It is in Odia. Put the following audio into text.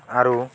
ଆରୁ